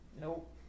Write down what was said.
nope